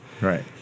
Right